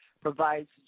provides